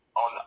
on